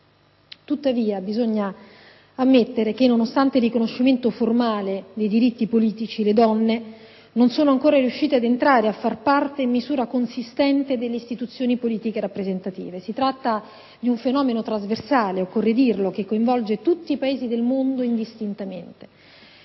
Tuttavia, bisogna ammettere che, nonostante il riconoscimento formale dei diritti politici, le donne non sono ancora riuscite ad entrare a far parte in misura consistente delle istituzioni politiche rappresentative. Si tratta di un fenomeno trasversale - occorre dirlo - che coinvolge tutti i Paesi del mondo indistintamente,